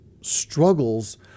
struggles